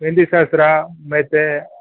ಮೆಹಂದಿ ಶಾಸ್ತ್ರ ಮತ್ತು